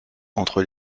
entre